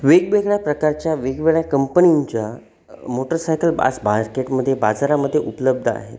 वेगवेगळ्या प्रकारच्या वेगवेगळ्या कंपनींच्या मोटरसायकल आज मार्केटमध्ये बाजारामध्ये उपलब्ध आहेत